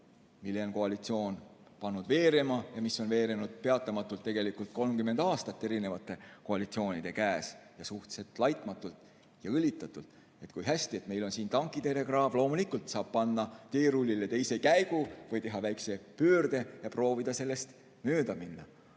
mille on koalitsioon pannud veerema ja mis on veerenud peatamatult 30 aastat erinevate koalitsioonide käes ja suhteliselt laitmatult ja õlitatult, siis meil on siin tankitõrjekraav ka. Loomulikult saab panna teerullile teise käigu või teha väikese pöörde ja proovida sellest mööda minna.